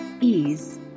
ease